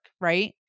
right